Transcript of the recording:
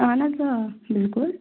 اَہَن حظ آ بِلکُل